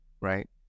right